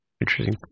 Interesting